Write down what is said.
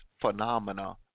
phenomena